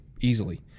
easily